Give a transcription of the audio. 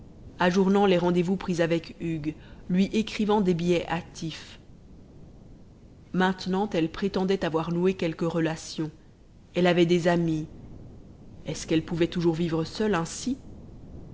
ajournant les rendez-vous pris avec hugues lui écrivant des billets hâtifs maintenant elle prétendait avoir noué quelques relations elle avait des amies est-ce qu'elle pouvait toujours vivre seule ainsi